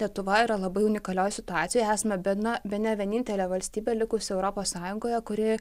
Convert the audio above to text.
lietuva yra labai unikalioj situacijoj esame bena bene vienintelė valstybė likusi europos sąjungoje kuri